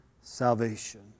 salvation